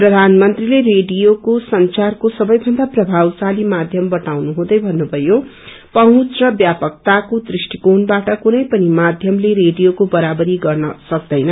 प्रधानमंत्रीले रेडियोको संचार सबै भन्दा प्रभावशाली माध्यम बताउनु हुँदै भन्नुभयो पहुच र व्यापकताको दृष्ट्रिकोणबाट कुनै पनि माध्यम रेडियोको बराबरी गर्न सक्तैन